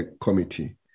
committee